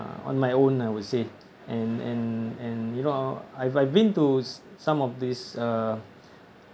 ~(uh) on my own I would say and and and you know I've I've been to some of these uh